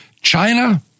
China